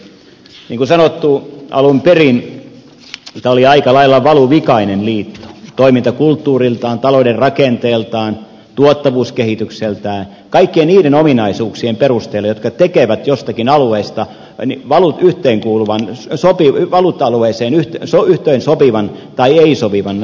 niin kuin sanottu alun perin tämä oli aika lailla valuvikainen liitto toimintakulttuuriltaan talouden rakenteeltaan tuottavuuskehitykseltään kaikkien niiden ominaisuuksien perusteella jotka tekevät joistakin alueista meni valot yhteenkuuluva sopiviin valuuttalueeseen yhtyvänsä yhteensopivan tai ei sopivan